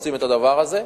רוצים את הדבר הזה.